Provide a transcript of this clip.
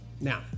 Now